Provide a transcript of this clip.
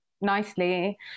nicely